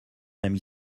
amie